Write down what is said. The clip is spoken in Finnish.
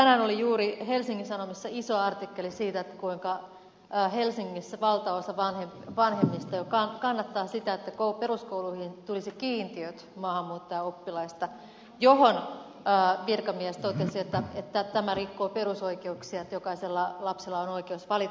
tänään oli juuri helsingin sanomissa iso artikkeli siitä kuinka helsingissä valtaosa vanhemmista kannattaa sitä että peruskouluihin tulisi kiintiöt maahanmuuttajaoppilaista johon virkamies totesi että se rikkoo perusoikeuksia ja että jokaisella lapsella on oikeus valita oma lähikoulunsa